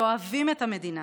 שאוהבים את המדינה,